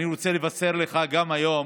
ואני רוצה גם לבשר לך היום